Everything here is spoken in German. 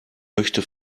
möchte